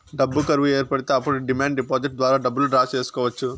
డబ్బు కరువు ఏర్పడితే అప్పుడు డిమాండ్ డిపాజిట్ ద్వారా డబ్బులు డ్రా చేసుకోవచ్చు